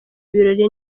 ibirori